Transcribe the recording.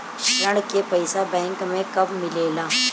ऋण के पइसा बैंक मे कब मिले ला?